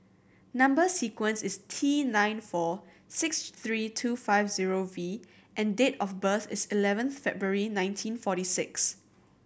number sequence is T nine four six three two five zero V and date of birth is eleven February nineteen forty six